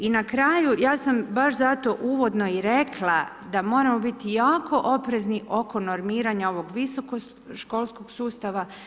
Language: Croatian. I na kraju, ja sam baš zato uvodno i rekla da moramo biti jako oprezni oko normiranja ovog viskoškolskog sustava.